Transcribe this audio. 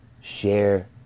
share